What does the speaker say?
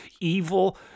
evil